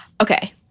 Okay